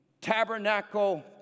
tabernacle